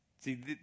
See